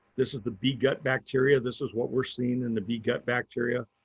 this is the bee gut bacteria. this is what we're seeing in the bee gut bacteria.